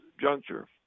juncture